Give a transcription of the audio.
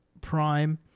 Prime